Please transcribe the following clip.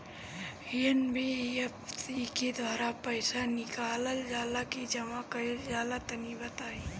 NBFC के द्वारा पईसा निकालल जला की जमा कइल जला तनि बताई?